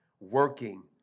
working